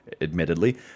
admittedly